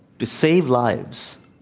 to save lives,